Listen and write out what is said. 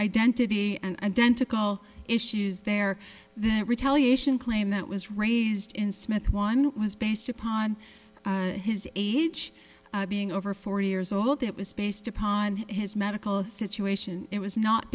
identity and dentical issues there that retaliation claim that was raised in smith one was based upon his age being over forty years old it was based upon his medical a situation it was not